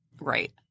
Right